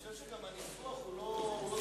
אני חושב שגם הניסוח לא צנוע.